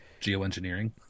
Geoengineering